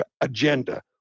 agenda